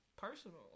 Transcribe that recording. personal